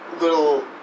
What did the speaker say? little